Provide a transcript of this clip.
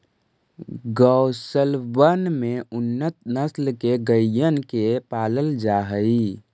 गौशलबन में उन्नत नस्ल के गइयन के पालल जा हई